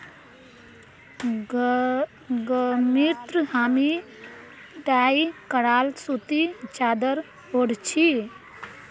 गर्मीत हामी डाई कराल सूती चादर ओढ़ छि